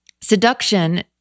Seduction